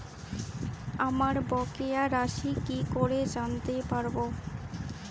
আমার বকেয়া রাশি কি করে জানতে পারবো?